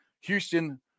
Houston